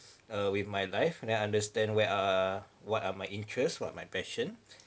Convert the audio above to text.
err with my life then understand where are what are my interest what are my passion